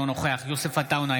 אינו נוכח יוסף עטאונה,